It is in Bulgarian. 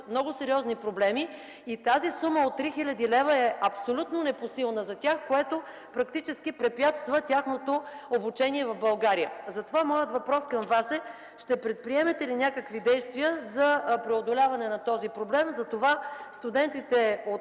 едни сериозни проблеми и сумата от 3 хил. лв. е абсолютно непосилна за тях, което практически препятства тяхното обучение в България. Затова моят въпрос към Вас е: ще предприемете ли някакви действия за преодоляването на този проблем студентите от